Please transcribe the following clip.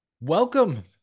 Welcome